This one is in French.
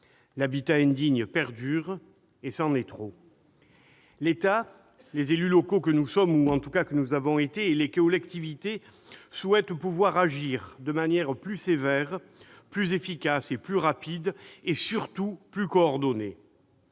l'habitat indigne perdure, et c'en est trop. L'État, les élus locaux que nous sommes ou, en tout cas, que nous avons été et les collectivités souhaitent pouvoir agir de manière plus sévère, plus efficace, plus rapide et, surtout, plus coordonnée.